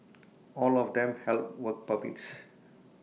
all of them held work permits